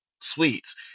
sweets